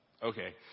Okay